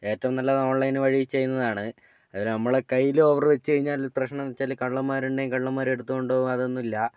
ഏറ്റവും നല്ലത് ഓൺലൈൻ വഴി ചെയ്യുന്നതാണ് അതിന് നമ്മളെ കയ്യിലോവറ് വച്ച് കഴിഞ്ഞാല് പ്രശ്നമെന്ന് വച്ചാല് കള്ളന്മാരുണ്ടെങ്കിൽ കള്ളന്മാരെടുത്തോണ്ട് പോവും അതൊന്നൂല്ല